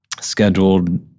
scheduled